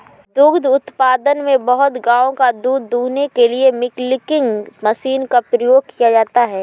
दुग्ध उत्पादन में बहुत गायों का दूध दूहने के लिए मिल्किंग मशीन का उपयोग किया जाता है